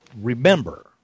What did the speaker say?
remember